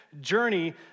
journey